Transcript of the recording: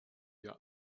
ihr